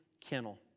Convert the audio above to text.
kennel